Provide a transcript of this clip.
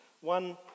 one